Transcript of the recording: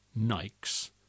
nikes